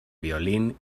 violín